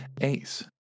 Ace